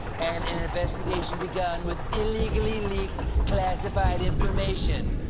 and an investigation begun with illegally leaked classified information.